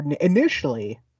initially